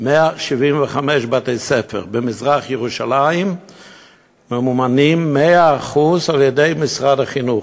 175 בתי-ספר במזרח-ירושלים ממומנים 100% על-ידי משרד החינוך.